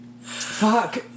Fuck